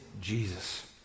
Jesus